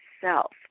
self